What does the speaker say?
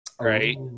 right